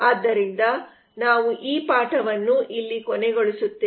ಆದ್ದರಿಂದ ನಾವು ಈ ಪಾಠವನ್ನು ಇಲ್ಲಿ ಕೊನೆಗೊಳಿಸುತ್ತೇವೆ